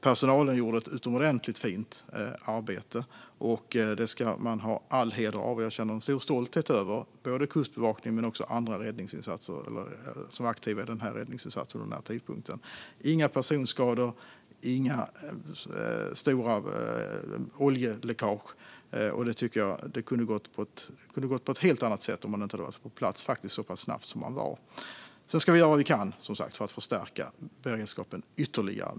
Personalen gjorde ett utomordentligt fint arbete som den ska ha all heder av. Jag känner en stor stolthet över både Kustbevakningen och andra som var aktiva i den här räddningsinsatsen vid denna tidpunkt. Det blev inga personskador och inga stora oljeläckage. Det kunde ha gått på ett helt annat sätt om man inte hade varit på plats så pass snabbt som man var. Sedan ska vi som sagt göra vad vi kan för att förstärka beredskapen ytterligare.